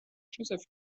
joseph